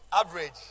Average